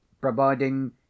providing